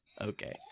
okay